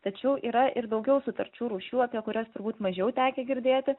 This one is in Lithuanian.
tačiau yra ir daugiau sutarčių rūšių apie kurias turbūt mažiau tekę girdėti